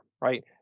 right